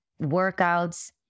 workouts